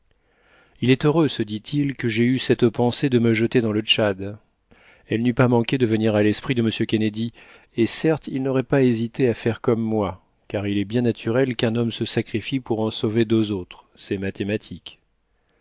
il est heureux se dit-il que j'aie eu cette pensée de me jeter dans le tchad elle n'eût pas manqué de venir à l'esprit de m kennedy et certes il n'aurait pas hésité à faire comme moi car il est bien naturel qu'un homme se sacrifie pour en sauver deux autres c'est mathématique